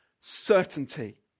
certainty